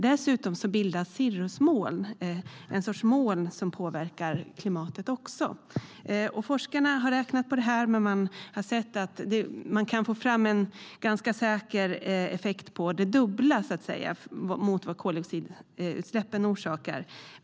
Dessutom bildas cirrusmoln, som också påverkar klimatet. Forskarna har räknat på detta och har sett att man kan få fram en ganska säker effekt, och den uppgår till det dubbla jämfört med vad koldioxidutsläppen orsakar.